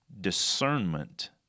discernment